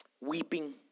weeping